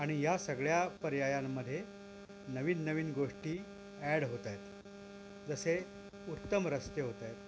आणि या सगळ्या पर्यायांमध्ये नवीन नवीन गोष्टी ॲड होत आहेत जसे उत्तम रस्ते होत आहेत